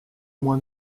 moi